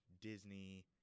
disney